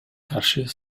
каршы